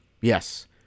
yes